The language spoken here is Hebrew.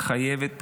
חייבת,